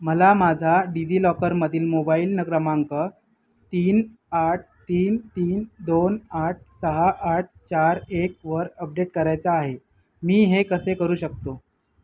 मला माझा डिजिलॉकरमधील मोबाईल न क्रमांक तीन आठ तीन तीन दोन आठ सहा आठ चार एकवर अपडेट करायचा आहे मी हे कसे करू शकतो